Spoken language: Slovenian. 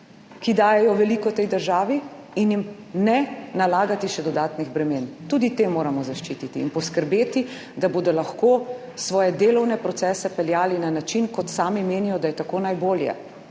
ki dajejo veliko tej državi in jim ne nalagati še dodatnih bremen. Tudi te moramo zaščititi in poskrbeti, da bodo lahko svoje delovne procese peljali na način, kot sami menijo, da je najbolje,